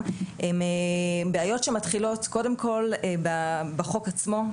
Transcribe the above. הן בעיות שמתחילות קודם כול בחוק עצמו,